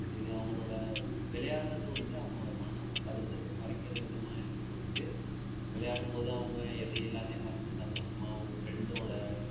இது அவங்களோட விளையாட்றது வந்து அவங்களோட மன அழுத்தத்த குறைக்கிற விதமாக எனக்கு தோணுது விளையாடம் போது அவங்க எதை எல்லாத்தையும் மறந்து சந்தோஷமாக அவங்க ஃப்ரெண்டோடு